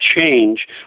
change